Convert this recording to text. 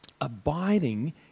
Abiding